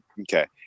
Okay